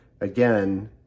again